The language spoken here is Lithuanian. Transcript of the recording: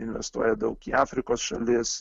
investuoja daug į afrikos šalis